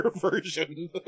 version